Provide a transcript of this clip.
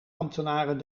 ambtenaren